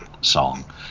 song